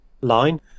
Line